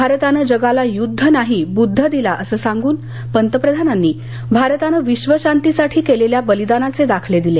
भारतानं जगाला युद्ध नाही बुद्ध दिला असं सांगून पंतप्रधानांनी भारतानं विश्वशांतीसाठी केलेल्या बलिदानाचे दाखले दिले